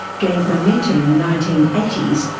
gained momentum in the nineteen eighty s,